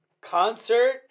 concert